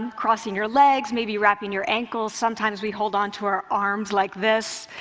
crossing your legs, maybe wrapping your ankles. sometimes we hold onto our arms like this.